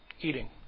eating